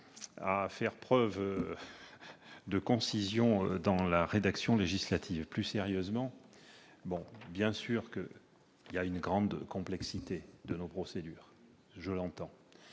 à faire preuve de concision dans la rédaction législative. Plus sérieusement, je conviens qu'il y a une grande complexité de nos procédures. Je vous entends